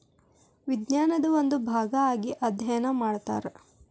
ವಿಜ್ಞಾನದ ಒಂದು ಭಾಗಾ ಆಗಿ ಅದ್ಯಯನಾ ಮಾಡತಾರ